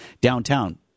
downtown